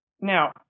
Now